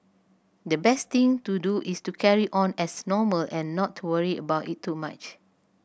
the best thing to do is to carry on as normal and not to worry about it too much